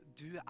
du